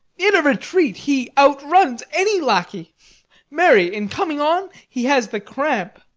in a retreat he outruns any lackey marry, in coming on he has the cramp.